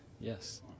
Yes